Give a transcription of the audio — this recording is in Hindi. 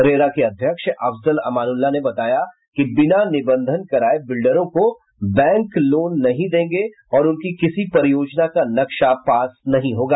रेरा के अध्यक्ष अफजल अमानुल्लाह ने बताया कि बिना निबंधन कराये बिल्डरों को बैंक लोन नहीं देंगे और उनकी किसी परियोजना का नक्शा पास नहीं होगा